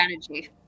strategy